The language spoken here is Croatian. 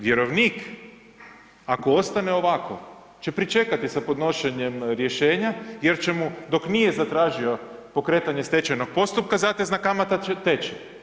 Vjerovnik ako ostane ovako će pričekati sa podnošenjem rješenja jer će mu dok nije zatražio pokretanje stečajnog postupka zatezna kamata će teći.